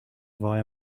via